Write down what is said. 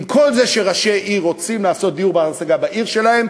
עם כל זה שראשי עיר רוצים דיור בר-השגה בעיר שלהם,